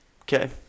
Okay